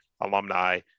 alumni